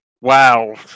Wow